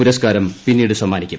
പുരസ്ക്കാരം പിന്നീട് സമ്മാനിക്കും